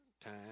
time